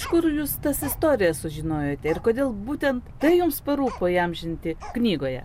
iš kur jūs tas istorijas sužinojote ir kodėl būtent tai jums parūpo įamžinti knygoje